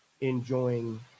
enjoying